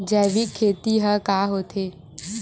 जैविक खेती ह का होथे?